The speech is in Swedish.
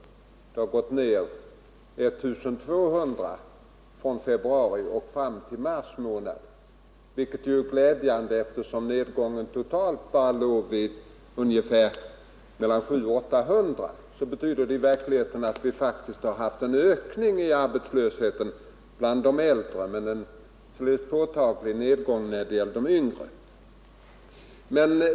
Den har gått ned med 1 200 från februari fram till mars, vilket ju är glädjande. Eftersom den totala nedgången ju bara låg vid 700-800 betyder det i verkligheten att vi faktiskt haft en ökning i arbetslösheten bland de äldre, medan det skett en påtaglig nedgång bland de yngre.